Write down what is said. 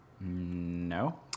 no